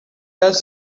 does